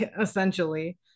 essentially